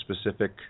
specific